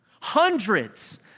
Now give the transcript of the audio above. Hundreds